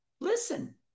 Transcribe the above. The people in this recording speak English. listen